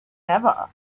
ever